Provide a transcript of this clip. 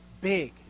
big